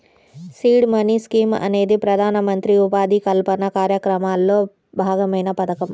seed money scheme అనేది ప్రధానమంత్రి ఉపాధి కల్పన కార్యక్రమంలో భాగమైన పథకం